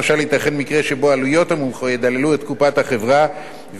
ייתכן מקרה שבו עלויות המומחה ידללו את קופת החברה ויהיו